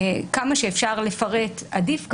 כמה שאפשר לפרט עדיף כמובן,